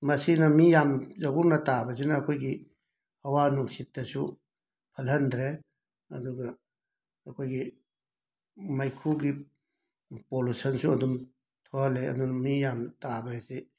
ꯃꯁꯤꯅ ꯃꯤ ꯌꯥꯝꯅ ꯆꯒꯨꯡꯅ ꯇꯥꯕꯁꯤꯅ ꯑꯩꯈꯣꯏꯒꯤ ꯍꯋꯥ ꯅꯨꯡꯁꯤꯠꯇꯁꯨ ꯐꯠꯍꯟꯗ꯭ꯔꯦ ꯑꯗꯨꯒ ꯑꯩꯈꯣꯏꯒꯤ ꯃꯩꯈꯨꯒꯤ ꯄꯣꯂꯨꯁꯟꯁꯨ ꯑꯗꯨꯝ ꯊꯣꯛꯍꯜꯂꯦ ꯑꯗꯨꯅ ꯃꯤ ꯌꯥꯝꯅ ꯇꯥꯕ ꯑꯁꯦ